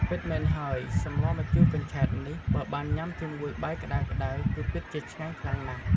ពិតមែនហើយ សម្លម្ជូរកញ្ឆែតនេះ បើបានញ៉ាំជាមួយបាយក្តៅៗ គឺពិតជាឆ្ងាញ់ខ្លាំងណាស់។